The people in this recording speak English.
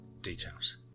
details